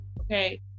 Okay